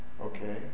Okay